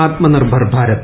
Atmanirbhar Bharat